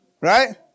Right